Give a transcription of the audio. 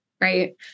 Right